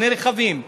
שני רכבים,